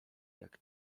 jak